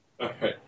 Okay